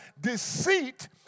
deceit